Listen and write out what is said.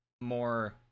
more